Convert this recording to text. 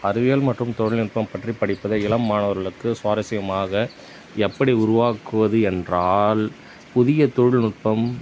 அறிவியல் மற்றும் தொழில்நுட்பம் பற்றிய படிப்பில் இளம் மாணவர்களுக்கு சுவாரசியமாக எப்படி உருவாக்குவது என்றால் புதிய தொழில்நுட்பம்